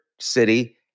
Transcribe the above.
city